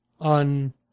on